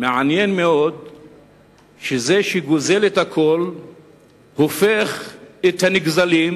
מעניין מאוד שזה שגוזל את הכול הופך את הנגזלים